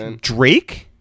drake